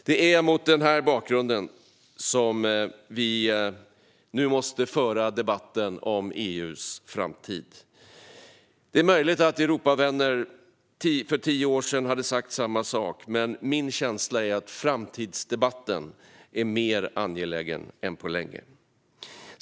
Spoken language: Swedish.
Det är mot den bakgrunden som vi nu måste föra debatten om EU:s framtid. Det är möjligt att Europavänner för tio år sedan hade sagt samma sak. Men min känsla är att framtidsdebatten är mer angelägen än på länge.